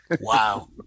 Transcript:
Wow